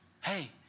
hey